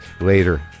later